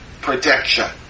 protection